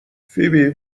فیبی